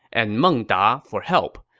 and meng da for help.